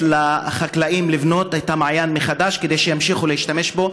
ולתת לחקלאים לבנות את המעיין מחדש כדי שימשיכו להשתמש בו.